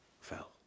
fell